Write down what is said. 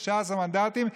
15 מנדטים,